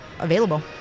Available